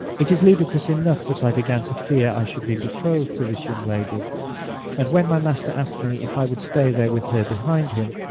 it is ludicrous enough, that i began to fear i should be betrothed to this young lady and when my master asked me if i would stay there with her behind him,